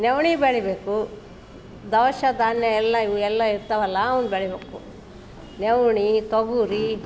ನವಣೆ ಬೆಳಿಬೇಕು ಧವಸ ಧಾನ್ಯ ಎಲ್ಲ ಇವು ಎಲ್ಲ ಇರ್ತಾವಲ್ಲ ಅವ್ನ ಬೆಳಿಬೇಕು ನವ್ಣೆ ತೊಗರಿ